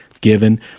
given